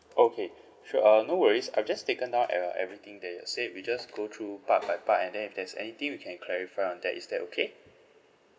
okay sure uh no worries I've just taken down uh everything that you have say we just go through part by part and then if there's anything you can clarify on that is that okay